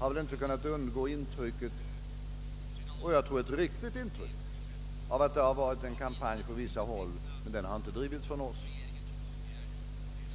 har väl inte kunnat undgå att få intrycket — och jag tror detta är riktigt — att det drivits en kampanj från vissa håll, men den har inte drivits av oss.